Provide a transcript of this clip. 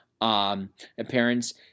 appearance